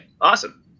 awesome